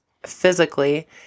physically